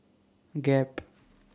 Gap